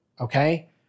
Okay